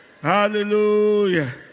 Hallelujah